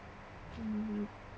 uh